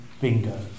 bingo